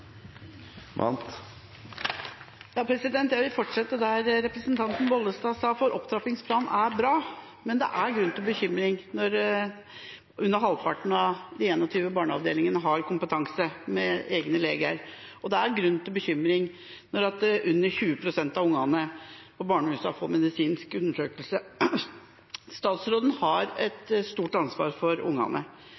bra, men det er grunn til bekymring når under halvparten av de 21 barneavdelingene har egne leger med kompetanse. Det er grunn til bekymring når under 20 pst. av ungene på barnehusene får medisinsk undersøkelse. Statsråden har et